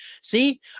See